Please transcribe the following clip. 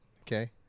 Okay